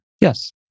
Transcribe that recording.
Yes